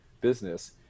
business